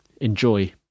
Enjoy